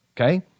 Okay